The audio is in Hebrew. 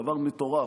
דבר מטורף,